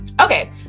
Okay